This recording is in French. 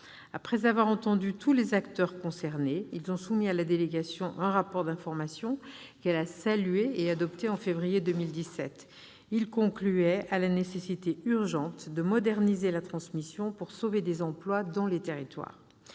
Après avoir entendu tous les acteurs concernés, ils ont soumis à la délégation un rapport d'information, que celle-ci a salué et adopté en février 2017. Ils concluaient à la nécessité urgente de moderniser la transmission pour sauver des emplois dans les territoires.